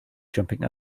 jumping